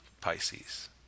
Pisces